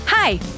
Hi